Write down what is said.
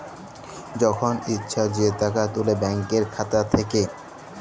যখল ইছা যে টাকা তুলে ব্যাংকের খাতা থ্যাইকে